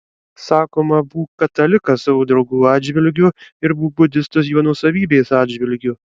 sakoma būk katalikas savo draugų atžvilgių ir būk budistas jų nuosavybės atžvilgiu